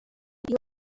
iyo